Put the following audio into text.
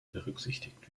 berücksichtigt